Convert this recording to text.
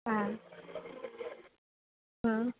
ஆ ம்